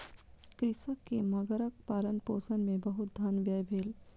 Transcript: कृषक के मगरक पालनपोषण मे बहुत धन व्यय भेल